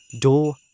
door